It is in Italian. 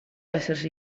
essersi